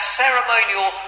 ceremonial